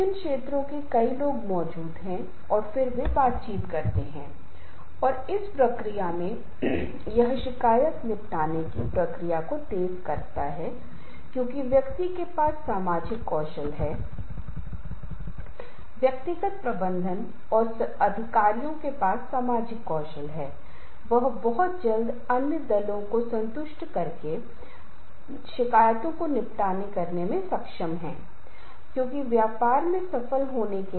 वास्तव में ये सभी शैलियाँ अच्छी हैं यह हम पर निर्भर करता है कि यह हमारे ज्ञान पर निर्भर करता है कि संदर्भ और स्थिति के आधार पर हम इस तरह की शैलियों को कैसे लागू कर सकते हैं मैं यह नहीं कह रहा हूं कि हमेशा परेशानियों से बचें अगर समस्या आती है तो कोई भी किसी भी टिप्पणी को पारित कर रहा है या हमारे लिए समस्या पैदा कर रहा है इसलिए हम टालते रहें नहीं नहीं ऐसा नहीं है हर समय हम टालते रहते हैं